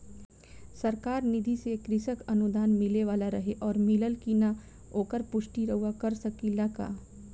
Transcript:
सरकार निधि से कृषक अनुदान मिले वाला रहे और मिलल कि ना ओकर पुष्टि रउवा कर सकी ला का?